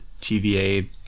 TVA